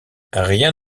rien